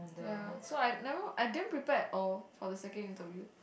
ya so I never I didn't prepare at all for the second interview